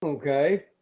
Okay